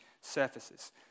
surfaces